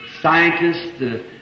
scientists